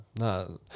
no